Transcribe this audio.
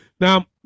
now